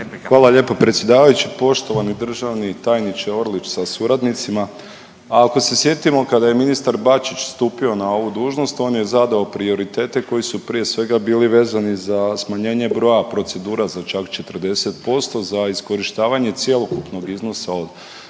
Hvala lijepo predsjedavajući. Poštovani državni tajniče Orlić sa suradnicima, a ako se sjetimo kada je ministar Bačić stupio na ovu dužnost on je zadao prioritete koji su prije svega bili vezani za smanjenje broja procedura za čak 40% za iskorištavanje cjelokupnog iznosa od